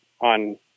on